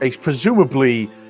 presumably